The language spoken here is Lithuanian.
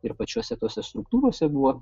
ir pačiose tose struktūrose buvo